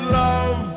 love